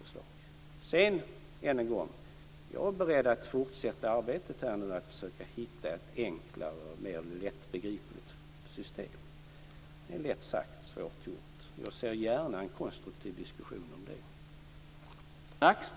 Än en gång vill jag säga att jag är beredd att fortsätta arbetet med att försöka hitta ett enklare och mer lättbegripligt system. Det är lätt sagt, men svårt gjort. Jag ser gärna en konstruktiv diskussion om det.